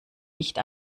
nicht